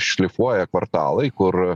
šlifuoja kvartalai kur